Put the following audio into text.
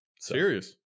Serious